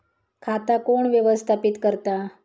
खाता कोण व्यवस्थापित करता?